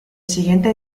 siguiente